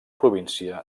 província